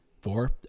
Four